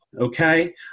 Okay